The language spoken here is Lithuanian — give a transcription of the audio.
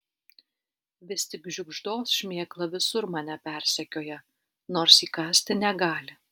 vis tik žiugždos šmėkla visur mane persekioja nors įkąsti negali